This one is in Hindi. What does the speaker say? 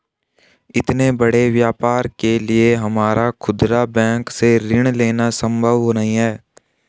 इतने बड़े व्यापार के लिए हमारा खुदरा बैंक से ऋण लेना सम्भव नहीं है